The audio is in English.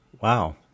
wow